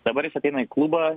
dabar jis ateina į klubą